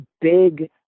big